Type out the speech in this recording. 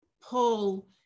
pull